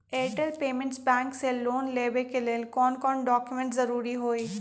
Airtel payments bank से loan लेवे के ले कौन कौन डॉक्यूमेंट जरुरी होइ?